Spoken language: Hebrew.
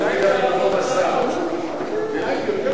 סגן השר יופיע במקום השר.